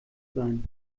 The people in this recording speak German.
sein